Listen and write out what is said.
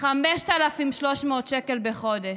5,300 שקל בחודש.